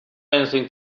anything